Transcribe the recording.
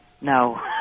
no